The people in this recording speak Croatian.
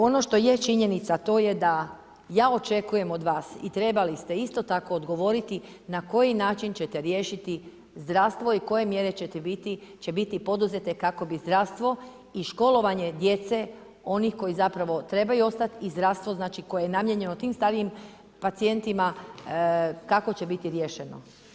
Ono što je činjenica, to je da ja očekujem od vas i trebali ste isto tako odgovoriti na koji način ćete riješiti zdravstvo i koje mjere će biti poduzete kako bi zdravstvo i školovanje djece, onih koji zapravo trebaju ostat i zdravstvo znači koje je namijenjeno tim starijim pacijentima, kako će biti riješeno.